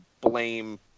blame